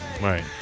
right